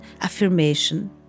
affirmation